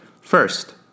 First